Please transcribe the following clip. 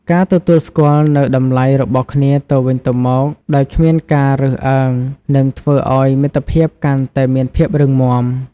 ការទទួលស្គាល់នូវតម្លៃរបស់គ្នាទៅវិញទៅមកដោយគ្មានការរើសអើងនឹងធ្វើឲ្យមិត្តភាពកាន់តែមានភាពរឹងមាំ។